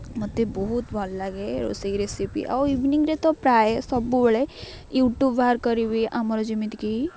ମୋତେ ବହୁତ ଭଲ ଲାଗେ ରୋଷେଇ ରେସିପି ଆଉ ଇଭିନିଂରେ ତ ପ୍ରାୟ ସବୁବେଳେ ୟୁଟ୍ୟୁବ୍ ବାହାର କରିବି ଆମର ଯେମିତିକି